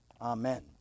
amen